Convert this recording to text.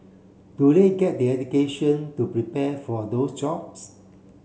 do they get the education to prepare for those jobs